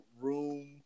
room